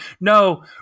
No